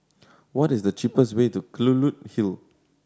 what is the cheapest way to Kelulut Hill